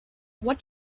what